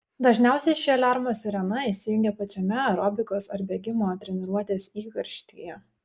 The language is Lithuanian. dažniausiai ši aliarmo sirena įsijungia pačiame aerobikos ar bėgimo treniruotės įkarštyje